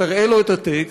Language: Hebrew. תראה לו את הטקסט,